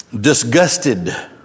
disgusted